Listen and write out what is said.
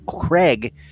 Craig